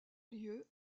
lieu